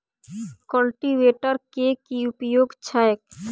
Cultivator केँ की उपयोग छैक?